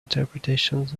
interpretations